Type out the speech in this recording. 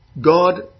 God